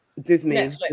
Disney